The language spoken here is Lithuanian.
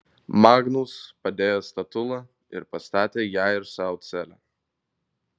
magnus padėjo statulą ir pastatė jai ir sau celę